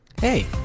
Hey